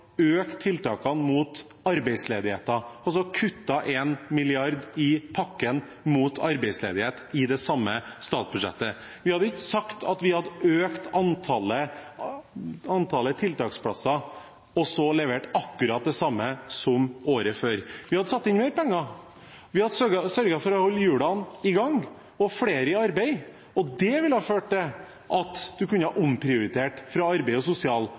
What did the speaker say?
mot arbeidsledigheten – og så kuttet 1 mrd. kr i pakken mot arbeidsledighet i det samme statsbudsjettet. Vi hadde ikke sagt at vi hadde økt antallet tiltaksplasser – og så levert akkurat det samme som året før. Vi hadde satt inn mer penger. Vi hadde sørget for å holde hjulene i gang og flere i arbeid. Det ville ført til at en kunne omprioritere fra arbeids- og